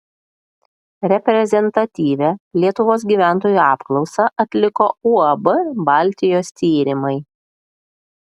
reprezentatyvią lietuvos gyventojų apklausą atliko uab baltijos tyrimai